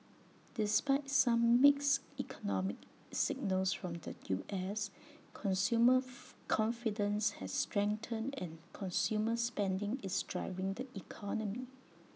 despite some mixed economic signals from the U S consumer confidence has strengthened and consumer spending is driving the economy